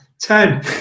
Ten